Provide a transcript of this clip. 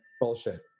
Bullshit